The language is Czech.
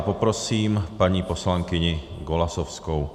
Poprosím paní poslankyni Golasowskou.